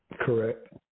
Correct